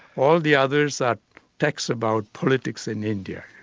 all the others are texts about politics and india,